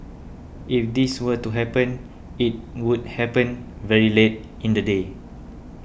if this were to happen it would happen very late in the day